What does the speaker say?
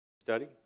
Study